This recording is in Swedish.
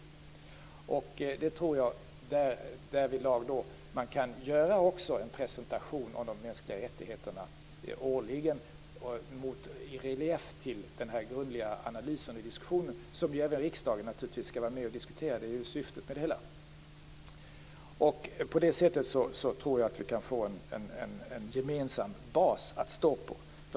Därvidlag tror jag också att man årligen kan göra en presentation av de mänskliga rättigheterna i relief till den grundligare analys och diskussion som även riksdagen naturligtvis skall vara med om. Det är ju syftet med det hela. På det sättet tror jag att vi kan få en gemensam bas att stå på.